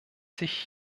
sich